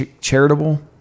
charitable